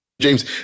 James